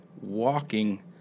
walking